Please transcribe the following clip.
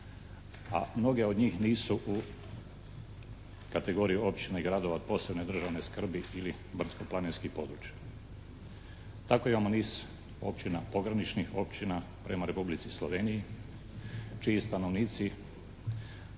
a mnoge od njih nisu u kategoriji općina i gradova od posebne državne skrbi ili brdsko-planinskih područja. Tako imamo niz općina, pograničnih općina prema Republici Sloveniji čiji stanovnici